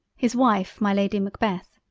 his wife my lady macbeth.